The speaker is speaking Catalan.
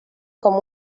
com